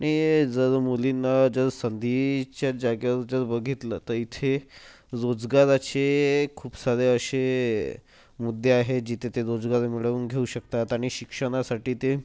आणि जर मुलींना जर संधीच्या जागेवर जर बघितलं तर इथे रोजगाराचे खूप सारे असे मुद्दे आहेत जिथे ते रोजगार मिळवून घेऊ शकतात आणि शिक्षणासाठी ते